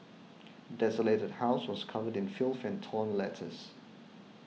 the desolated house was covered in filth and torn letters